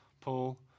Paul